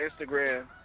Instagram